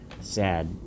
sad